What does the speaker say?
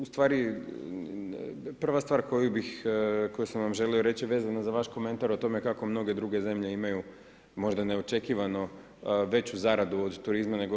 U stvari, prva stvar koju sam vam želio reći vezano za vaš komentar o tome kako mnoge druge zemlje imaju možda neočekivano veću zaradu od turizma nego RH.